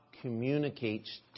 communicates